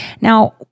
now